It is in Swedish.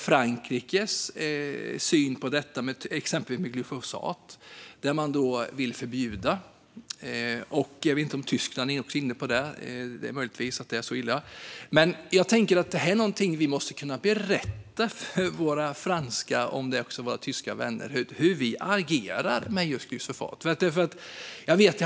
Frankrike, och eventuellt Tyskland, vill förbjuda glyfosat. Vi måste därför berätta för dem hur vi använder glyfosat i Sverige.